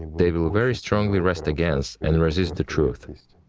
they will will very strongly rest against and resist the truth. it's.